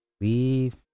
Leave